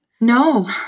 No